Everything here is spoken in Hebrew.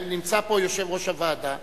נמצא פה יושב-ראש הוועדה.